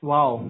Wow